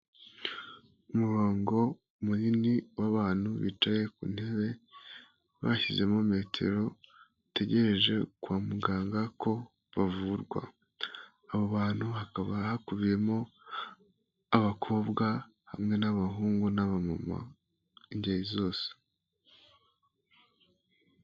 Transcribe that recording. Umurongogo munini w'abantu bicaye ku ntebe bashyizemo metero bategereje kwa muganga ko bavurwa, abo bantu hakaba hakubiyemo abakobwa, hamwe n'abahungu n'abmama b'ingeri zose.